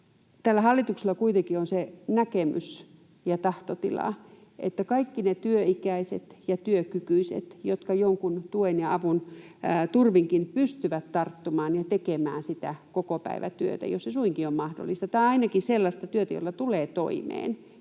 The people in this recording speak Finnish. Tällä hallituksella kuitenkin on se näkemys ja tahtotila, että kaikkia niitä työikäisiä ja työkykyisiä, jotka jonkun tuen ja avun turvinkin pystyvät tarttumaan ja tekemään kokopäivätyötä, jos se suinkin on mahdollista, tai ainakin sellaista työtä, jolla tulee toimeen,